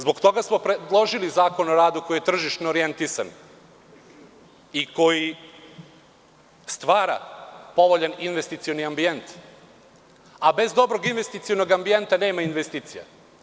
Zbog toga smo predložili Zakon o radu koji je tržišni orijentisan i koji stvara povoljan investicioni ambijent, a bez dobrog investicionog ambijenta nema investicija.